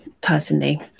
personally